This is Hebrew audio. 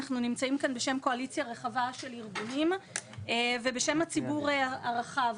אנחנו נמצאים כאן בשם קואליציה רחבה של ארגונים ובשם הציבור הרחב.